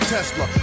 Tesla